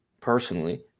personally